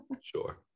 sure